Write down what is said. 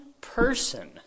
person